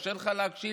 קשה לך להקשיב